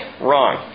Wrong